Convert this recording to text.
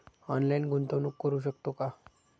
Online गुंतवणूक करू शकतो का?